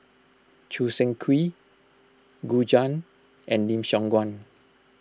Choo Seng Quee Gu Juan and Lim Siong Guan